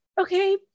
Okay